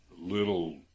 little